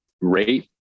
rate